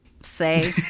say